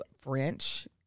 French